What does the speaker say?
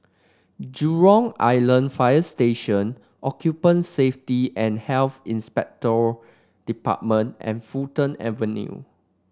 Jurong Island Fire Station Safety and Health Inspectorate Department and Fulton Avenue